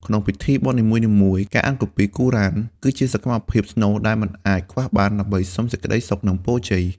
ក្នុងពិធីបុណ្យនីមួយៗ ការអានគម្ពីគូរ៉ាន (Quran) គឺជាសកម្មភាពស្នូលដែលមិនអាចខ្វះបាន ដើម្បីសុំសេចក្តីសុខ និងពរជ័យ។